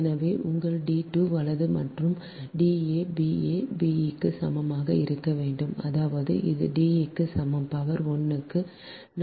எனவே உங்கள் d2 மற்றும் da b a b க்கு சமமாக இருக்க வேண்டும் அதாவது இது D க்குச் சமம் பவர் 1 க்கு 4